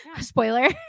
Spoiler